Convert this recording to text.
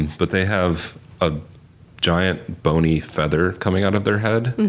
but they have a giant, bony feather coming out of their head,